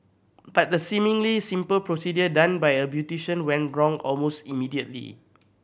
but the seemingly simple procedure done by a beautician went wrong almost immediately